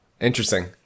interesting